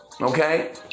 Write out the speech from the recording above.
Okay